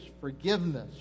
forgiveness